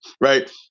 right